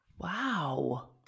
Wow